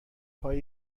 پای